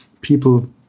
people